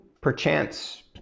perchance